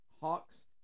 Hawks